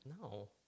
No